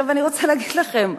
אני רוצה להגיד לכם,